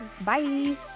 Bye